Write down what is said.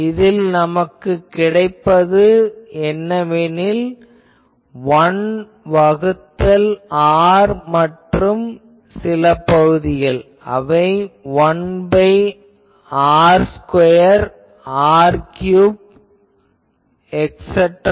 இதில் நமக்குக் கிடைப்பது என்னவெனில் 1 வகுத்தல் r மற்றும் சில பகுதிகள் அவை 1 வகுத்தல் r2 r3